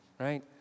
right